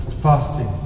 fasting